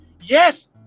Yes